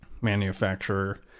manufacturer